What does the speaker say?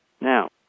Now